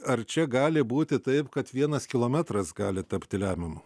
ar čia gali būti taip kad vienas kilometras gali tapti lemiamu